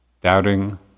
Doubting